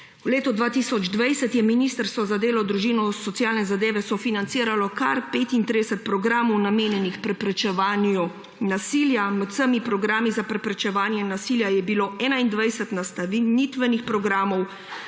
V letu 2020 je Ministrstvo za delo, družino, socialne zadeve in enake možnosti sofinanciralo kar 35 programov, namenjenih preprečevanju nasilja. Med vsemi programi za preprečevanje nasilja je bilo 21 nastanitvenih programov,